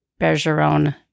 Bergeron